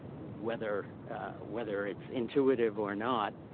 whether whether it's intuitive or not,